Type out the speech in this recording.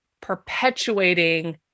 perpetuating